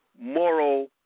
moral